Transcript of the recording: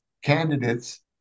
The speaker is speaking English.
candidates